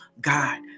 God